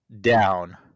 down